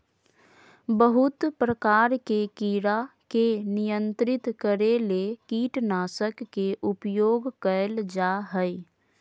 बहुत प्रकार के कीड़ा के नियंत्रित करे ले कीटनाशक के उपयोग कयल जा हइ